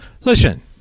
Listen